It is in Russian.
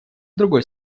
другой